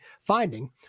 finding